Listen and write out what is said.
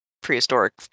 prehistoric